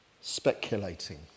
speculating